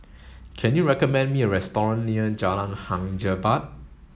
can you recommend me a restaurant near Jalan Hang Jebat